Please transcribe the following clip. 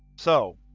so,